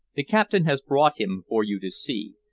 the captain has brought him for you to see.